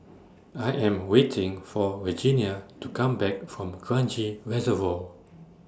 I Am waiting For Regenia to Come Back from Kranji Reservoir